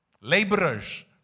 Laborers